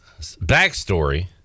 backstory